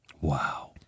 Wow